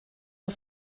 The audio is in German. der